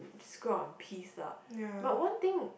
just grow up in peace lah but one thing